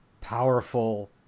powerful